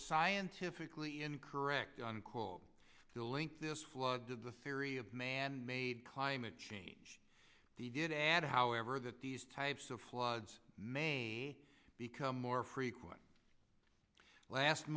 scientifically incorrect on call to link this flood to the theory of manmade climate change did add however that these types of floods may become more frequent last